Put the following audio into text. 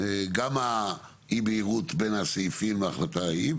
גם אי הבהירות בין הסעיפים בהחלטה ההיא.